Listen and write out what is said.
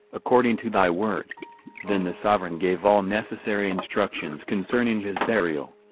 according to thy word then the sovereign gave all necessary instructions concerning his burial.